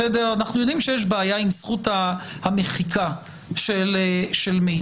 אנחנו יודעים שיש בעיה עם זכות המחיקה של מידע,